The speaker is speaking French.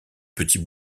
petits